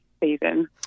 season